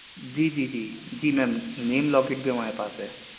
جی جی جی جی میم نیم لاکٹ بھی ہمارے پاس ہے